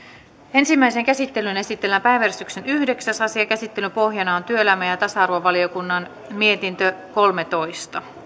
ensimmäiseen käsittelyyn esitellään päiväjärjestyksen yhdeksäs asia käsittelyn pohjana on työelämä ja ja tasa arvovaliokunnan mietintö kolmetoista